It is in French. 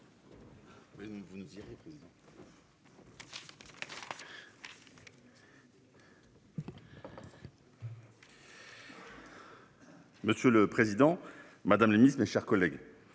Monsieur le président, madame la ministre, mes chers collègues,